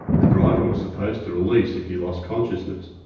the driver was supposed to release if he lost consciousness.